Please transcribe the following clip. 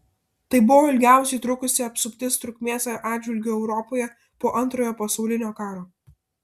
tai buvo ilgiausiai trukusi apsuptis trukmės atžvilgiu europoje po antrojo pasaulinio karo